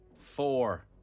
four